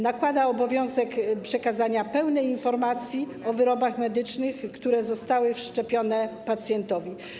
Nakłada obowiązek przekazania pełnej informacji o wyrobach medycznych, które zostały wszczepione pacjentowi.